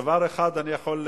בדבר אחד אני יכול,